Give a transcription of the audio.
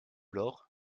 l’or